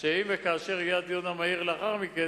שאם וכאשר יהיה הדיון המהיר לאחר מכן,